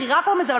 מכירה קוראים לזה,